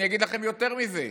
אני אגיד לכם יותר מזה,